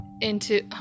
Into-